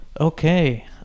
Okay